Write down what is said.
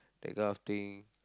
that kind of thing